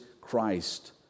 Christ